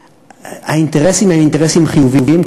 כי האינטרסים הם אינטרסים חיוביים,